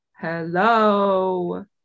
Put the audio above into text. hello